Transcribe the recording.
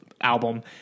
album